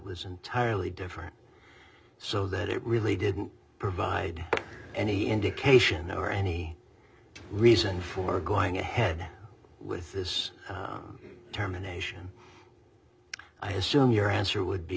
was entirely different so that it really didn't provide any indication or any reason for going ahead with this terminations i assume your answer would be